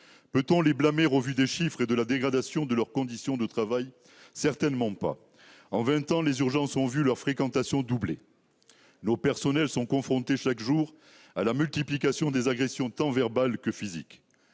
Peut-on les blâmer au vu des chiffres et de la dégradation de leurs conditions de travail ? Certainement pas. En vingt ans, les urgences ont vu leur fréquentation doubler. Nos personnels sont confrontés, chaque jour, à la multiplication des agressions tant verbales que physiques.